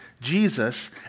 Jesus